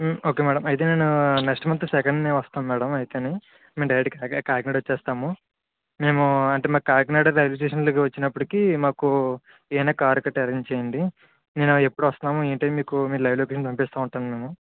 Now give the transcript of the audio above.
okay madam అయితే నేను next month సెకండ్నే వస్తాను మ్యాడమ్ అయితేని మేము డైరెక్ట్గా కాకినాడ వచ్చేస్తాము మేము అంటే మాకు కాకినాడ రైల్వే స్టేషన్కి ఇలాగ వచ్చినప్పటికీ మాకు ఏమన్నా కార్ గట్టా ఎరేంజ్ చేయండి మేము ఎప్పుడు వస్తాము ఏంటి అని మీకు లైవ్ లొకేషన్ పంపిస్తా ఉంటాను నేను